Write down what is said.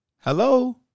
Hello